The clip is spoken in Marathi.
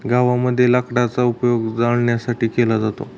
गावामध्ये लाकडाचा उपयोग जळणासाठी केला जातो